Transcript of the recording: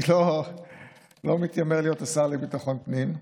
אני לא מתיימר להיות השר לביטחון הפנים.